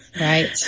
Right